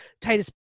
Titus